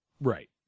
Right